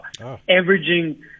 averaging